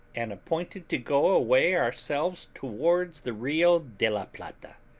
and appointed to go away ourselves towards the rio de la plata,